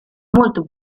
molto